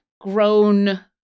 grown